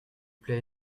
plait